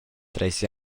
treis